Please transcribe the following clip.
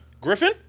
Griffin